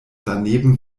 daneben